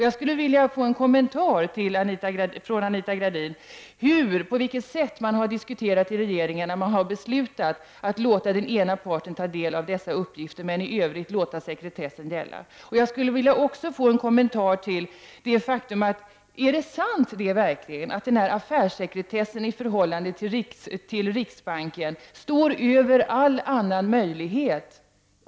Jag skulle vilja ha besked från Anita Gradin om på vilket sätt man har diskuterat i regeringen, när man har beslutat att låta den ena parten ta del av uppgifterna men i övrigt låtit sekretessen gälla. Är det verkligen sant att den här affärssekretessen i förhållande till riksbanken står över allt annat?